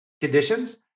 conditions